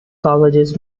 colleges